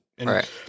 Right